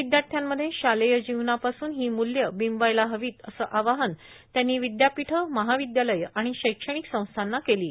विद्याथ्यामध्ये शालेय जीवनापासून हो मूल्ये बंबवायला हवीत असं आवाहन त्यांनी ववदयापीठं मर्हावद्यालयं आण शैक्ष्मणक संस्थांना केलो